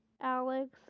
alex